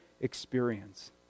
experience